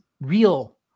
real